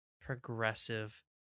progressive